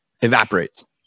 evaporates